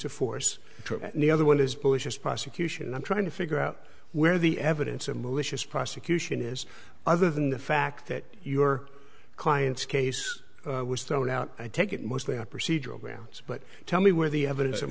of force any other one is bush's prosecution i'm trying to figure out where the evidence of malicious prosecution is other than the fact that your client's case was thrown out i take it mostly on procedural grounds but tell me where the evidence of